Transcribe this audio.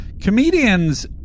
Comedians